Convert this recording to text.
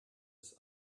ist